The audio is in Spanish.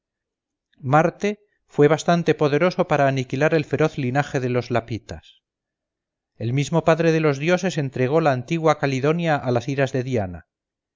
marte fue bastante poderoso para aniquilar el feroz linaje de los lapitas el mismo padre de los dioses entregó la antigua calidonia a las iras de diana